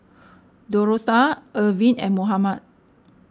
Dorotha Erving and Mohammed